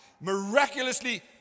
Miraculously